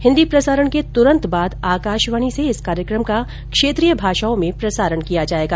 हिंदी प्रसारण के तूरंत बाद आकाशवाणी से इस कार्यक्रम का क्षेत्रीय भाषाओं में प्रसारण किया जाएगा